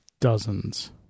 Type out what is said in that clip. Dozens